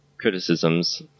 criticisms